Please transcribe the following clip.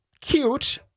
cute